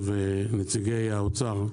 ונציגי האוצר,